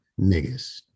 niggas